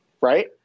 Right